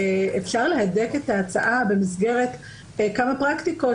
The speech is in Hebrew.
אפשר להדק את ההצעה במסגרת כמה פרקטיקות